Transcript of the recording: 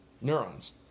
neurons